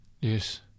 Yes